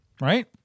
Right